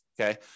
okay